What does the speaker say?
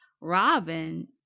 Robin